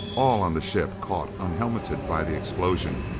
all on the ship, caught unhelmeted by the explosion,